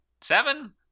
seven